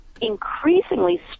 increasingly